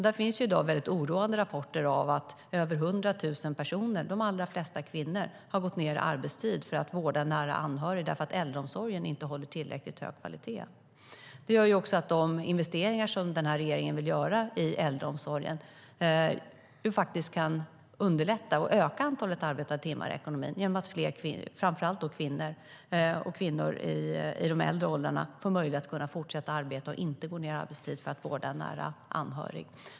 Där finns oroande rapporter om att över 100 000 personer, de allra flesta kvinnor, har gått ned i arbetstid för att vårda nära anhöriga därför att äldreomsorgen inte håller tillräckligt hög kvalitet. De investeringar som regeringen vill göra i äldreomsorgen kan underlätta och öka antalet arbetade timmar i ekonomin genom att kvinnor i de äldre åldrarna får möjlighet att fortsätta att arbeta och inte gå ned i arbetstid för att vårda en nära anhörig.